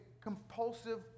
compulsive